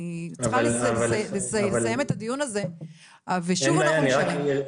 אני צריכה לסיים את הדיון הזה ושוב אנחנו נשארים.